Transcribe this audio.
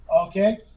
Okay